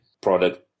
product